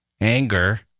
anger